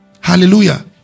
Hallelujah